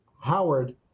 Howard